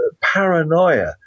paranoia